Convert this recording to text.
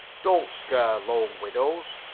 don't scare lone widows.